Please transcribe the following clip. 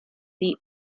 the